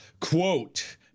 Quote